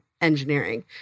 engineering